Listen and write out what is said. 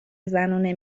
زنونه